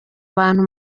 abantu